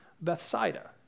Bethsaida